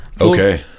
Okay